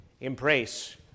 embrace